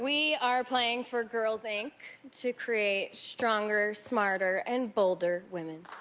we are playing for girls inc. to create stronger, smarter, and bolder women.